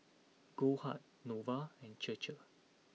Goldheart Nova and Chir Chir